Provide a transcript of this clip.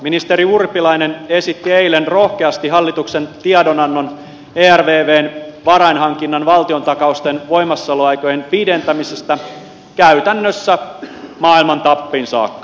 ministeri urpilainen esitti eilen rohkeasti hallituksen tiedonannon ervvn varainhankinnan valtiontakausten voimassaoloaikojen pidentämisestä käytännössä maailman tappiin saakka